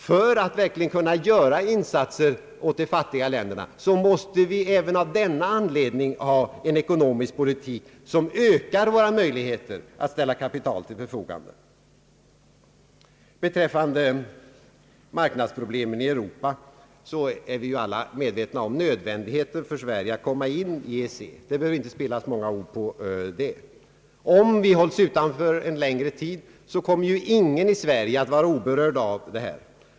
För att verkligen kunna göra insatser till hjälp åt de fattiga länderna måste vi även av denna anledning ha en ekonomisk politik som ökar våra möjligheter att ställa kapital till förfogande. När det gäller marknadsproblemen i Europa är vi alla medvetna om nödvändigheten för Sverige att komma in i EEC; det behöver jag inte spilla många ord på. Om vi hålls utanför EEC en längre tid kommer ingen i Sverige att vara oberörd av det.